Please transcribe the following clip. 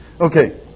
Okay